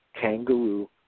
kangaroo